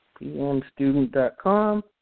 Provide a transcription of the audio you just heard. pmstudent.com